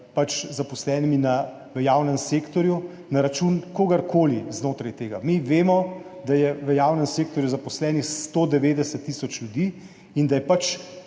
zaposlenimi v javnem sektorju na račun kogarkoli znotraj tega. Mi vemo, da je v javnem sektorju zaposlenih 190 tisoč ljudi, in če želimo